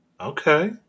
Okay